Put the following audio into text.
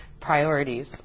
Priorities